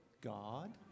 God